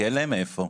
כי אין להם מאיפה,